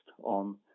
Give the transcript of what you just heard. on